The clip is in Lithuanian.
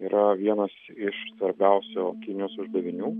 yra vienas iš svarbiausių kinijos uždavinių